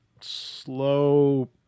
slow